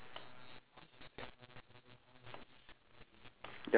okay then there will be blazers there will be the woman with blazers